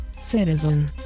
citizen